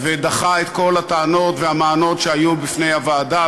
ודחה את כל הטענות והמענות שהיו בפני הוועדה,